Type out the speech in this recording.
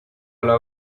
una